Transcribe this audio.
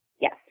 Yes